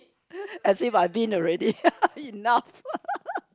as if I've been already enough